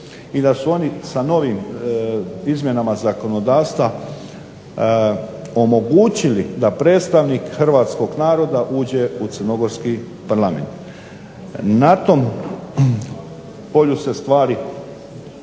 i da su oni sa novim izmjenama zakonodavstva, omogućili da predstavnik Hrvatskog naroda uđe u Crnogorski parlament. Na tom polju se stvari